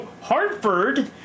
Hartford